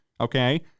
okay